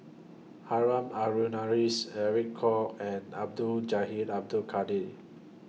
Harun Aminurrashid Alec Kuok and Abdul Jahil Abdul Kadir